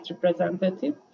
Representative